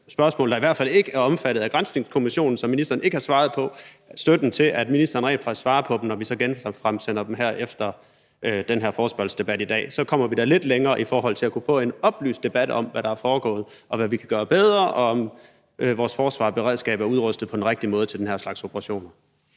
spørgsmål, der i hvert fald ikke er omfattet af granskningskommissionen, og som ministeren ikke har svaret på, når vi så genfremsender dem efter den her forespørgselsdebat i dag. Så kommer vi da lidt længere i forhold til at kunne få en oplyst debat om, hvad der er foregået, og i forhold til hvad vi kan gøre bedre, og i forhold til at vide, om vores forsvar og beredskab er udrustet på den rigtige måde til den her slags operationer.